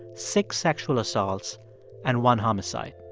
six sexual assaults and one homicide.